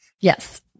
Yes